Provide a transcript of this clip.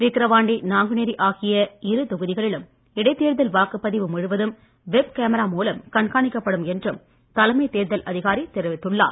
விக்கிரவாண்டி நாங்குநேரி ஆகிய இரு தொகுதிகளிலும் இடைத்தேர்தல் வாக்குப்பதிவு முழுவதும் வெப் கேமரா மூலம் கண்காணிக்கப்படும் என்றும் தலைமைத் தேர்தல் அதிகாரி தெரிவித்துள்ளார்